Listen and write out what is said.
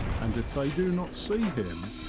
and if they do not see him,